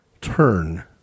turn